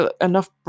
enough